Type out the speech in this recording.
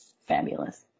Fabulous